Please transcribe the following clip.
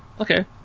Okay